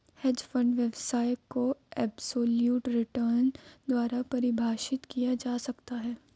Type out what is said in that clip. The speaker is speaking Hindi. हेज फंड व्यवसाय को एबसोल्यूट रिटर्न द्वारा परिभाषित किया जा सकता है